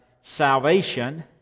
salvation